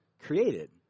created